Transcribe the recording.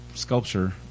sculpture